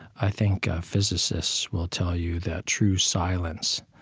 i think a physicist will tell you that true silence